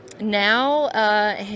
Now